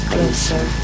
Closer